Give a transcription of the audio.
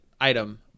Item